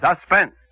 Suspense